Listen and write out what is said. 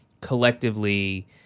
collectively